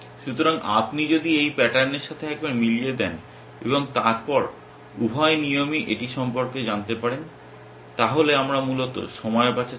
সুতরাং আপনি যদি এই প্যাটার্নের সাথে একবার মিলিয়ে দেন এবং তারপর উভয় নিয়মই এটি সম্পর্কে জানতে পারেন তাহলে আমরা মূলত সময় বাঁচাচ্ছি